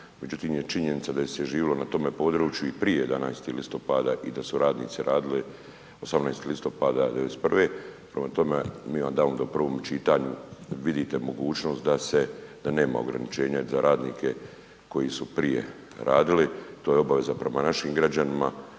međutim je činjenica da je se živio na tome području i prije 11. listopada i da su radnici radili 18. listopada '91., prema tome, mi …/Govornik se ne razumije/… u prvom čitanju vidite mogućnost da nema ograničenja za radnike koji su prije radili, to je obaveza prema našim građanima